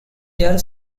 their